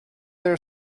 their